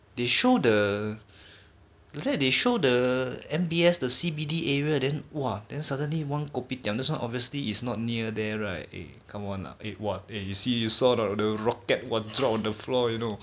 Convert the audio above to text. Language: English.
they show the like that they show the M_B_S the C_B_D area then !wah! then suddenly one kopitiam that's why obviously it's not near there right eh come on lah eh !wah! eh you see you saw or not the rocket !wah! drop on the floor you know